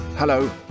Hello